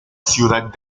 ciudad